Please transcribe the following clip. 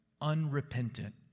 unrepentant